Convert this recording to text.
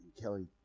Kelly